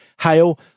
hail